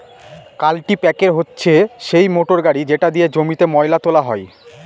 কাল্টিপ্যাকের হচ্ছে সেই মোটর গাড়ি যেটা দিয়ে জমিতে ময়লা তোলা হয়